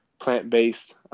plant-based